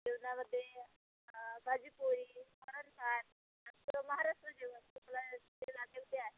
जेवणामध्ये भाजी पोळी वरणभात आमचं महाराष्ट्र जेवण तुम्हाला जे लागेल ते आहे